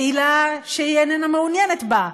בעילה שהיא איננה מעוניינת בה.